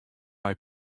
mei